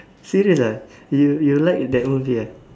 serious ah you you like that movie ah